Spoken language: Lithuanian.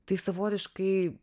tai savotiškai